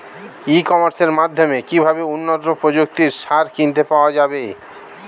ই কমার্সের মাধ্যমে কিভাবে উন্নত প্রযুক্তির সার কিনতে পাওয়া যাবে?